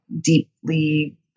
deeply